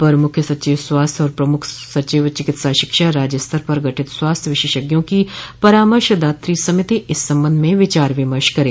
अपर मुख्य सचिव स्वास्थ्य और प्रमुख सचिव चिकित्सा शिक्षा राज्य स्तर पर गठित स्वास्थ्य विशेषज्ञों की परामर्शदात्री समिति इस संबंध में विचार विमर्श करे